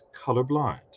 colorblind